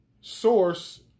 source